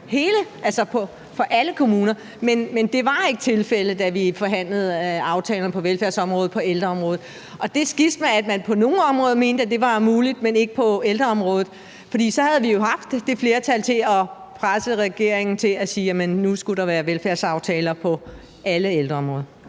for alle kommuner. Men det var ikke tilfældet, da vi forhandlede aftalerne på velfærdsområdet og på ældreområdet, og det var et skisma, at man på nogle områder mente, at det var muligt, men ikke på ældreområdet. Ellers havde vi jo haft det flertal til at presse regeringen til at sige, at nu skulle der være velfærdsaftaler på hele ældreområdet.